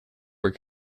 were